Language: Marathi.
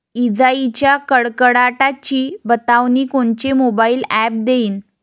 इजाइच्या कडकडाटाची बतावनी कोनचे मोबाईल ॲप देईन?